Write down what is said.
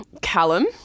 Callum